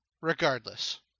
Regardless